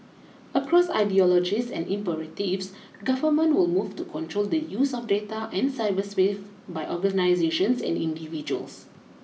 across ideologies and imperatives government will move to control the use of data and cyberspace by organisations and individuals